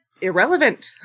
irrelevant